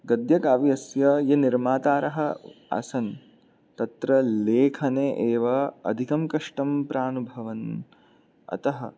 गद्यकाव्यस्य वे निर्मातारः आसन् तत्र लेखने एव अधिकं कष्टं प्रानुभवन् अतः